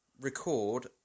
record